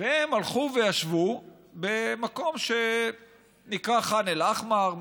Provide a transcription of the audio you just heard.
והם הלכו וישבו במקום שנקרא ח'אן אל-אחמר.